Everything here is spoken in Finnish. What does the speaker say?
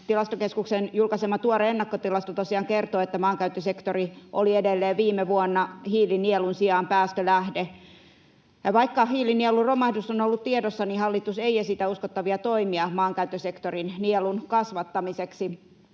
Tilastokeskuksen julkaisema tuore ennakkotilasto tosiaan kertoo, että maankäyttösektori oli edelleen viime vuonna hiilinielun sijaan päästölähde. Vaikka hiilinielun romahdus on ollut tiedossa, hallitus ei esitä uskottavia toimia maankäyttösektorin nielun kasvattamiseksi.